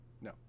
no